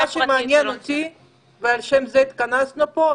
מה שמעניין אותי ולשם זה התכנסנו פה,